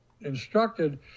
instructed